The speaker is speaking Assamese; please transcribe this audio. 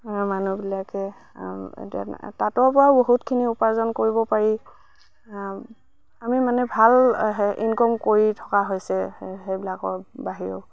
মানুহবিলাকে এতিয়া তাঁতৰপৰাও বহুতখিনি উপাৰ্জন কৰিব পাৰি আমি মানে ভাল হেৰি ইনকম কৰি থকা হৈছে সেইবিলাকৰ বাহিৰেও